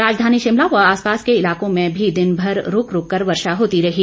राजधानी शिमला व आसपास के इलाकों में भी दिन भर रुक रुक कर वर्षा होती रही